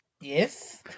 Yes